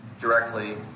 directly